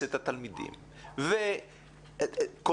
ומועצת התלמידים ולא